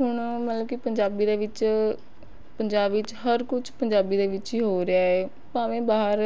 ਹੁਣ ਮਤਲਬ ਕਿ ਪੰਜਾਬੀ ਦੇ ਵਿੱਚ ਪੰਜਾਬ ਵਿੱਚ ਹਰ ਕੁਝ ਪੰਜਾਬੀ ਦੇ ਵਿੱਚ ਹੀ ਹੋ ਰਿਹਾ ਏ ਭਾਵੇਂ ਬਾਹਰ